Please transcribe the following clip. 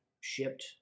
shipped